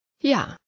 Ja